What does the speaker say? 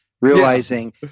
realizing